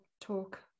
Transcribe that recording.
talk